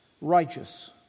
righteous